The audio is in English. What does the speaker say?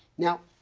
now,